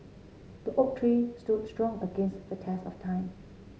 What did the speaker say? the oak tree stood strong against the test of time